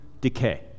decay